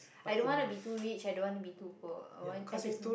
I don't want to be too rich I don't want to be too poor I want I just